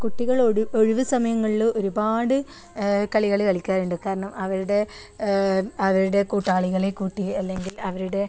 കുട്ടികളോട് ഒഴിവ് സമയങ്ങളിൽ ഒരുപാട് കളികൾ കളിക്കാറുണ്ട് കാരണം അവരുടെ അവരുടെ കൂട്ടാളികളെ കൂട്ടി അല്ലെങ്കിൽ അവരുടെ